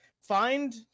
Find